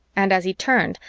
and as he turned,